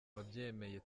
wabyemeye